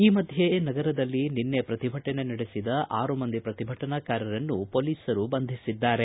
ಈ ಮಧ್ಯೆ ನಗರದಲ್ಲಿ ನಿನ್ನೆ ಪ್ರತಿಭಟನೆ ನಡೆಸಿದ ಆರು ಮಂದಿ ಪ್ರತಿಭಟನಕಾರರನ್ನು ಪೊಲೀಸರು ಬಂಧಿಸಿದ್ದಾರೆ